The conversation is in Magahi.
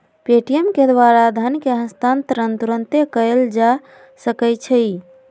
पे.टी.एम के द्वारा धन के हस्तांतरण तुरन्ते कएल जा सकैछइ